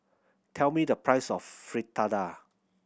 tell me the price of Fritada